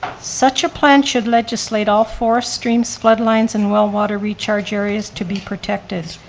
such a plan should legislate all forest, streams, flood lines and well water recharge areas to be protected,